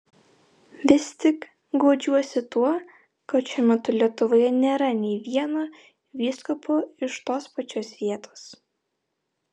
vis tik guodžiuosi tuo kad šiuo metu lietuvoje nėra nė vieno vyskupo iš tos pačios vietos